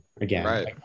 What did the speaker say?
again